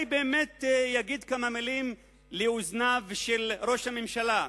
באמת יגיד כמה מלים לאוזניו של ראש הממשלה,